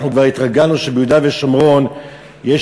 אנחנו כבר התרגלנו שביהודה ושומרון יש